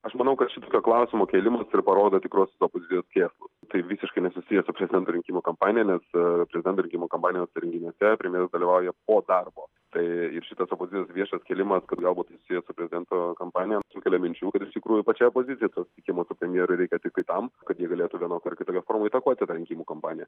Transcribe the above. aš manau kad šitokio klausimo kėlimas ir parodo tikruosius opozicijos kėslus tai visiškai nesusiję su prezidento rinkimų kampanija nes prezidento rinkimų kampanijos renginiuose premjeras dalyvauja po darbo tai ir šitas opozicijos viešas kėlimas kad galbūt tai susiję su prezidento kampanija sukelia minčių kad iš tikrųjų pačiai opozicijai to susitikimo su premjeru reikia tiktai tam kad ji galėtų vienokia ar kitokia formą įtakoti tą rinkimų kampaniją